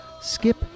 Skip